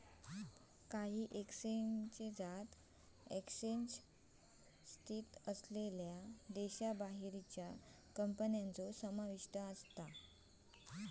काही एक्सचेंजात एक्सचेंज स्थित असलेल्यो देशाबाहेरच्यो कंपन्या समाविष्ट आसत